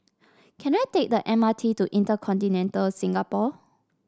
can I take the M R T to InterContinental Singapore